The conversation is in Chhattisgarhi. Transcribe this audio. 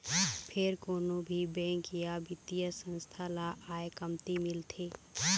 फेर कोनो भी बेंक या बित्तीय संस्था ल आय कमती मिलथे